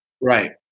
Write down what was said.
right